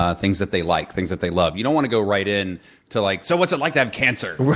ah things that they like, things that they love. you don't want to go right in to like so what's it like to have cancer.